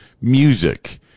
music